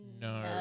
no